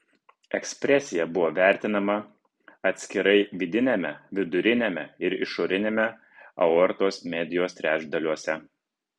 ekspresija buvo vertinama atskirai vidiniame viduriniame ir išoriniame aortos medijos trečdaliuose